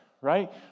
right